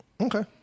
Okay